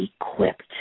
equipped